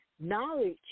knowledge